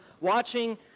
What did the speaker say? watching